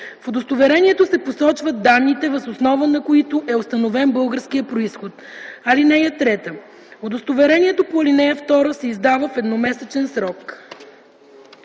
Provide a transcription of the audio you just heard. В удостоверението се посочват данните, въз основа на които е установен българският произход. (3) Удостоверението по ал. 2 се издава в едномесечен срок.”